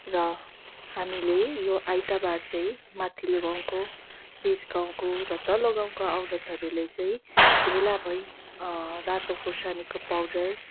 र हामीले यो आइताबार चाहिँ माथिल्लो गाउँको बिच गाउँको र तल्लो गाउँका औरतहरूले चै भेला भई रातो खोर्सानीको पाउडर